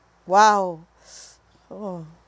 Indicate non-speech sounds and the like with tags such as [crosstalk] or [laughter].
!wow! [breath] oh